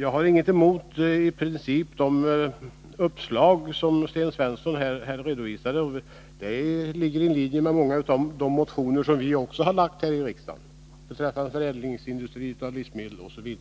Jag har i princip ingenting emot de uppslag som Sten Svensson har redovisat. De ligger i linje med några av de motioner som också vi har väckt här i riksdagen beträffande förädlingsindustri för livsmedel osv.